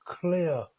clear